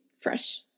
fresh